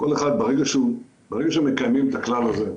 ברגע שמקיימים את הכלל הזה,